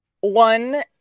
one